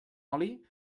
oli